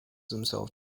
himself